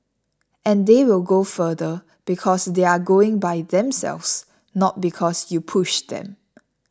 and they will go further because they are going by themselves not because you pushed them